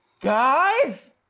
Guys